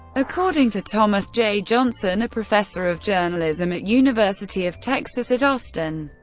according to thomas j. johnson, a professor of journalism at university of texas at austin,